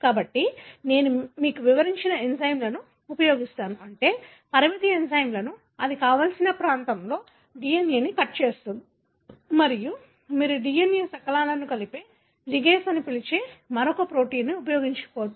కాబట్టి మేము వివరించిన ఎంజైమ్లను నేను ఉపయోగిస్తాను అంటే పరిమితి ఎంజైమ్లు ఇది కావలసిన ప్రాంతంలో DNA ని కట్ చేస్తుంది మరియు మీరు DNA శకలాలు కలిపే లిగేస్ అని పిలిచే మరొక ప్రోటీన్ను మీరు ఉపయోగించబోతున్నారు